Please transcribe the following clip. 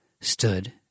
stood